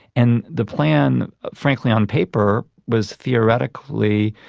and the plan, frankly on paper, was theoretically